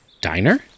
diner